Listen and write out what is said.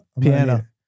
piano